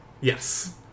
yes